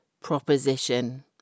proposition